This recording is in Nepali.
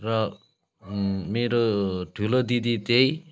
र मेरो ठुलो दिदी त्यही